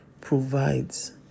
provides